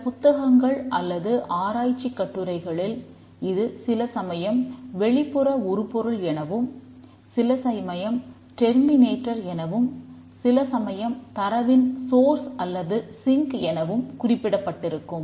சில புத்தகங்கள் அல்லது ஆராய்ச்சிக் கட்டுரைகளில் இது சில சமயம் வெளிப்புற உருப்பொருள் எனவும் சில சமயம் டெர்மினேட்டர் எனவும் குறிப்பிடப்பட்டிருக்கும்